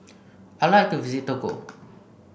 I like to visit Togo